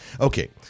Okay